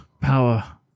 power